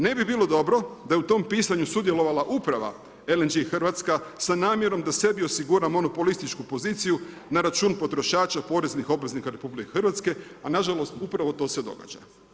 Ne bi bilo dobro da je u tom pisanju sudjelovala uprava LNG Hrvatska sa namjerom da sebi osigura monopolističku poziciju na račun potrošača, poreznih obveznika RH, a nažalost upravo to se događa.